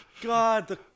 God